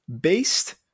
based